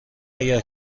اگر